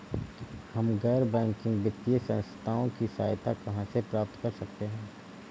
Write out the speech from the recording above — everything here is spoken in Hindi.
हम गैर बैंकिंग वित्तीय संस्थानों की सहायता कहाँ से प्राप्त कर सकते हैं?